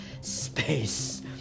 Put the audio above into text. space